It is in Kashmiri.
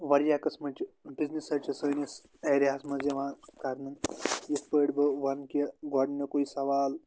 واریاہ قٕسمٕچ بِزنٮ۪س حَظ چھِ سٲنِس ایریاہَس منٛز یِوان کَرنہٕ یِتھ پٲٹھۍ بہٕ وَنہٕ کہِ گۄڈٕنیُکُے سوال